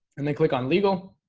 and then click on legal